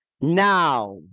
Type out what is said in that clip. now